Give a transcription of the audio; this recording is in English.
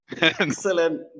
Excellent